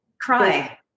Cry